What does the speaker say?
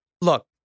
Look